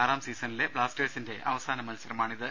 ആറാം സീസണിലെ ബ്ലാസ്റ്റേഴ്സിന്റെ അവസാന മത്സരമാണിത്